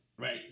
Right